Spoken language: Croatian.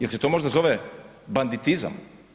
Jel se to možda zove banditizam?